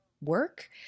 work